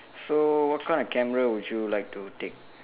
so what kind of camera would you like to take